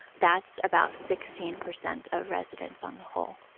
that's about sixteen percent of residents on the whole.